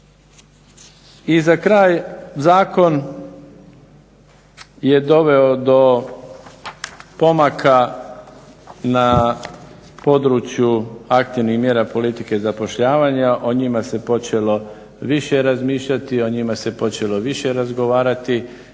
I za kraj, zakon je doveo do pomaka na području aktivnih mjera politike zapošljavanja, o njima se počelo više razmišljati, o njima se počelo više razgovarati